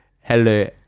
Hello